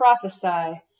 prophesy